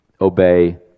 obey